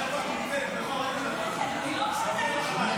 המקומיות (הוראת שעה) (תיקון מס' 12),